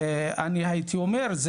אני הייתי אומר,